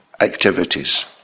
activities